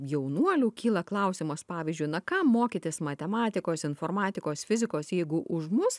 jaunuolių kyla klausimas pavyzdžiui na ką mokytis matematikos informatikos fizikos jeigu už mus